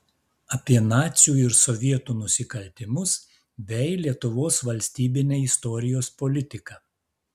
apie nacių ir sovietų nusikaltimus bei lietuvos valstybinę istorijos politiką